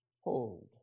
hold